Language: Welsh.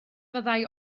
fyddai